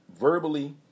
verbally